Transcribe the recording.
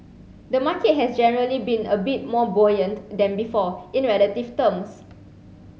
the market has generally been a bit more buoyant than before in relative terms